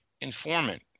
informant